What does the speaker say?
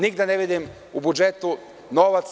Nigde ne vidim u budžetu novac.